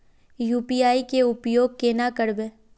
UPI के उपयोग केना करबे?